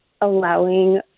allowing